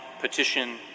petition